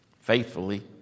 faithfully